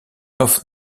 off